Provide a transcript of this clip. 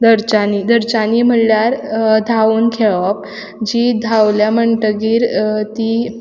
धरच्यांनी धरच्यांनी म्हणल्यार धांवून खेळप जी धांवल्या म्हणटगीर ती